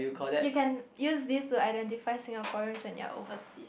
you can use this to identify Singaporeans when you are overseas